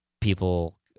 people